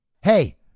Hey